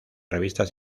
revistas